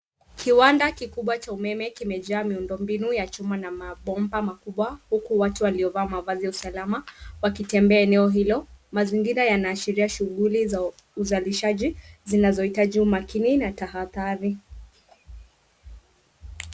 Kiwanda kikubwa cha umeme kimejaa miundombinu ya chuma na mabomba makubwa huku watu waliovaa mavazi ya usalama wakitembea eneo hilo, mazingira yanaashiria shughuli za uzalishaji zinazihitaji umakini na tahathari.